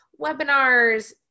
webinars